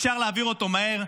אפשר להעביר אותו מהר.